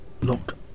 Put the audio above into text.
Look